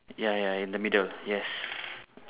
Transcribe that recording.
ya ya in the middle yes